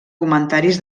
comentaris